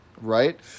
right